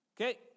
Okay